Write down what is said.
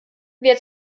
wer